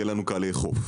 יהיה לנו קל לאכוף.